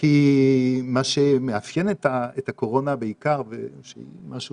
כי מה שמאפיין את הקורונה בעיקר, שהיא משהו